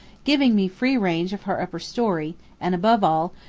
giving me free range of her upper story, and above all,